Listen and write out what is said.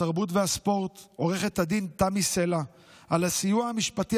התרבות והספורט עו"ד תמי סלע על הסיוע המשפטי